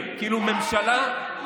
להפגין, יורדים להסביר, כאילו, ממשלה בהפרעה.